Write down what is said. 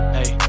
Hey